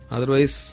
Otherwise